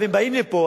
הם באים לפה,